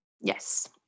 Yes